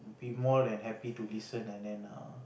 I would be more than happy to listen and then err